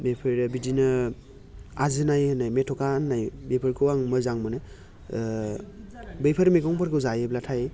बेफोरो बिदिनो आजिनाय होनो मेथ'खा होननाय बेफोरखौ आं मोजां मोनो बैफोर मैगंफोरखौ जायोब्लाथाय